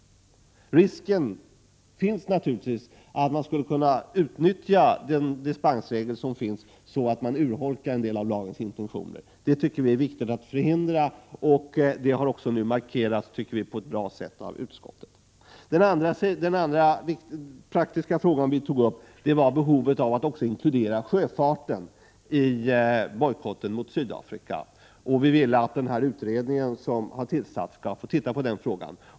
Risken finns naturligtvis att man skulle kunna utnyttja denna dispensregel så att det urholkar en del av lagens intentioner. Det tycker vi är viktigt att förhindra, och detta tycker vi också har markerats på ett bra sätt i utskottsbetänkandet. Den andra praktiska fråga vi tog upp var behovet av att också inkludera — Prot. 1986/87:129 sjöfarten i bojkotten mot Sydafrika. Vi ville att den utredning som har 22 maj 1987 tillsatts skulle få titta på även den frågan.